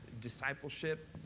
discipleship